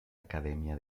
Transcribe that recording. academia